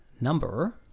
number